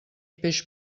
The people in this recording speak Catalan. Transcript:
peix